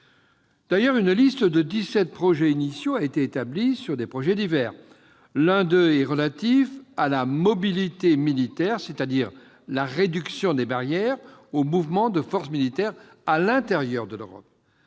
liste de dix-sept projets initiaux a été établie sur des projets divers. L'un d'eux est relatif à la mobilité militaire, c'est-à-dire la réduction des barrières aux mouvements de forces militaires à l'intérieur de l'Europe.